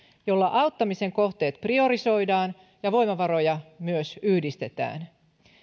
jolla auttamisen kohteet priorisoidaan ja voimavaroja myös yhdistetään